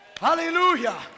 Hallelujah